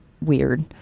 weird